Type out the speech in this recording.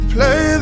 Play